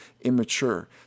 immature